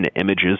images